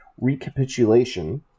recapitulation